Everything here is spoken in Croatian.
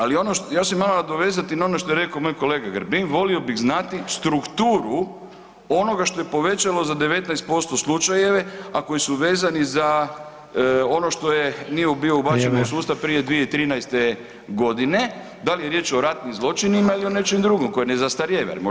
Ovaj ali ono, ja ću se malo nadovezati na ono što je rekao moj kolega Grbin volio bih znati strukturu onoga što je povećalo za 19% slučajeve a koji su vezani za ono što je [[Upadica: Vrijeme.]] nije bio ubačen u sustav prije 2013. godine, da li je riječ o ratnim zločinima ili o nečem drugom koje ne zastarijeva